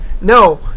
No